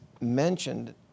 mentioned